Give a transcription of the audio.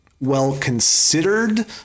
well-considered